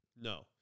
No